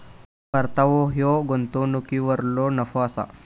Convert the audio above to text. परतावो ह्यो गुंतवणुकीवरलो नफो असा